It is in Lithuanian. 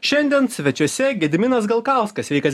šiandien svečiuose gediminas galkauskas sveikas